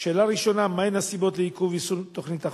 שאלה ראשונה: מהן הסיבות לעיכוב יישום תוכנית החומש?